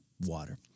water